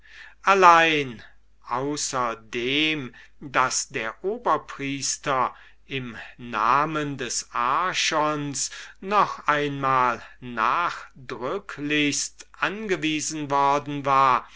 allein außerdem daß der oberpriester im namen des archons noch einmal nachdrücklichst angewiesen worden war